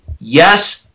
yes